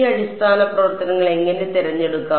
ഈ അടിസ്ഥാന പ്രവർത്തനങ്ങൾ എങ്ങനെ തിരഞ്ഞെടുക്കാം